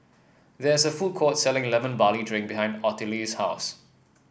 there is a food court selling Lemon Barley Drink behind Ottilie's house